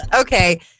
Okay